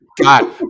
God